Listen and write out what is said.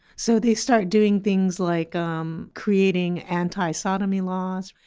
so they start doing things like um creating anti-sodomy laws.